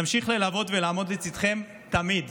נמשיך ללוות ולעמוד לצידכם תמיד.